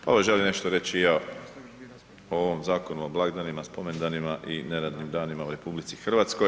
Pa evo želim nešto reći i ja o ovom Zakonu o blagdanima, spomendanima i neradnim danima u RH.